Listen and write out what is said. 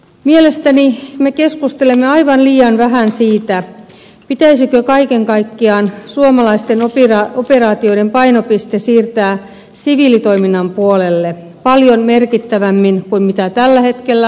mielestäni me keskustelemme aivan liian vähän siitä pitäisikö kaiken kaikkiaan suomalaisten operaatioiden painopiste siirtää siviilitoiminnan puolelle paljon merkittävämmin kuin tällä hetkellä